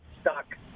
stuck